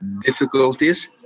difficulties